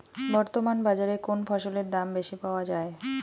বর্তমান বাজারে কোন ফসলের দাম বেশি পাওয়া য়ায়?